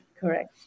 correct